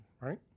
right